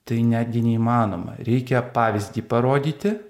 tai netgi neįmanoma reikia pavyzdį parodyti